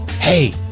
hey